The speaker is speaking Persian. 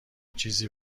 چیزی